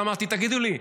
אמרתי: תגידו לי,